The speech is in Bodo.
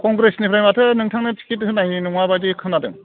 कंग्रेसनिफ्राय माथो नोंथांनो टिकिद होनाय नङा बायदि खोनादों